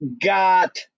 got